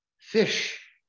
fish